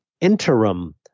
interim